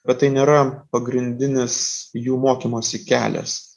bet tai nėra pagrindinis jų mokymosi kelias